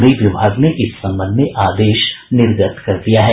गृह विभाग ने इस संबंध में आदेश निर्गत कर दिया है